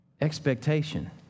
expectation